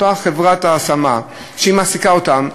אותה חברת השמה שמעסיקה אותן,